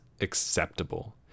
acceptable